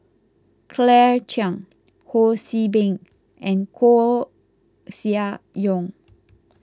Claire Chiang Ho See Beng and Koeh Sia Yong